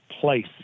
place